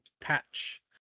patch